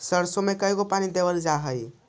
सरसों में के गो पानी देबल जा है?